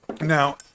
Now